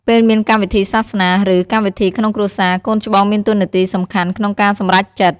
ពេលមានកម្មវិធីសាសនា ឬ កម្មវិធីក្នុងគ្រួសារ កូនច្បងមានតួនាទីសំខាន់ក្នុងការសម្រេចចិត្ត។